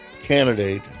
candidate